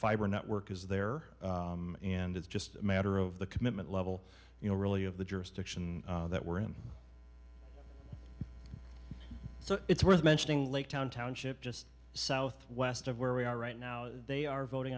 fiber network is there and it's just a matter of the commitment level you know really of the jurisdiction that we're in so it's worth mentioning lake town township just southwest of where we are right now they are voting